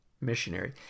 missionary